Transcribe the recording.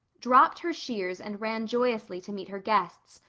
dropped her shears and ran joyously to meet her guests,